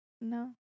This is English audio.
No